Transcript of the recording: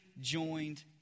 joined